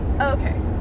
Okay